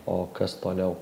o kas toliau